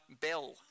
Bell